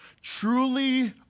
truly